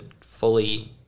fully